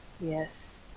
Yes